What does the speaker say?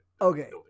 Okay